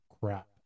crap